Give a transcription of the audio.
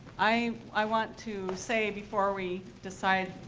i i want to say before we decide,